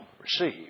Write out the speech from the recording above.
receive